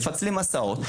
מפצלים הסעות.